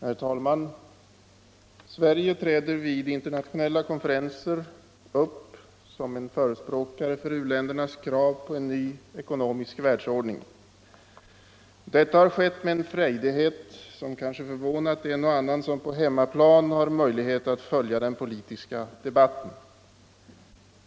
Herr talman! Sverige träder vid internationella konferenser upp som förespråkare för u-ländernas krav på en ny ekonomisk världsordning. Detta har skett med en frejdighet som kanske förvånat en och annan som på hemmaplan har möjlighet att följa den politiska debatten.